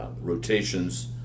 rotations